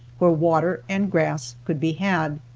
where water and grass could be had.